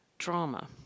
drama